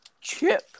Chip